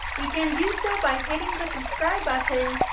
you can do so by hitting the subscribe button,